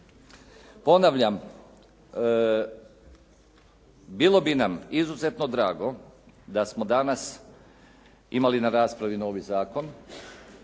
Ponavljam bilo bi nam izuzetno drago da smo danas imali na raspravi novi zakon,